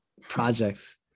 projects